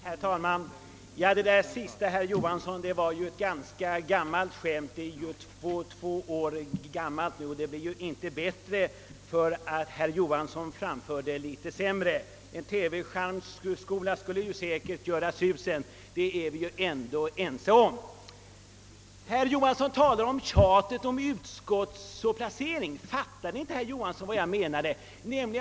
Herr talman! Det sista som herr Johansson sade är ett två år gammalt skämt, som inte blir bättre för att herr Johansson framför det litet sämre. En TV-charmskola skulle säkert göra susen för hans del; det är vi nog överens om. Herr Johansson talar om tjatet om utskottsplacering. Fattade inte herr Johansson vad jag menade?